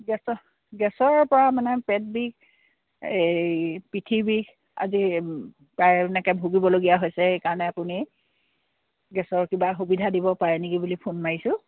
গেছৰ গেছৰপৰা মানে পেট বিষ এই পিঠি বিষ আজি প্ৰায় এনেকৈ ভূগীবলগীয়া হৈছে সেইকাৰণে আপুনি গেছৰ কিবা সুবিধা দিব পাৰে নেকি বুলি ফোন মাৰিছোঁ